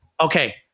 okay